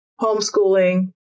homeschooling